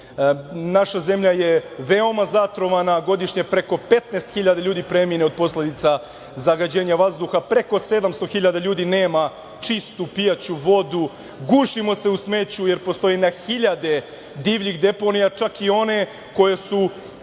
Naša zemlja je veoma zatrovana godišnje preko 15 hiljada ljudi premine od posledica zagađenja vazduha, preko 700 hiljada ljudi nema čistu pijaću vodu, gušimo se u smeću, jer postoje na hiljade divljih deponija, čak i one koje su